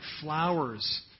flowers